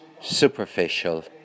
Superficial